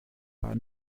war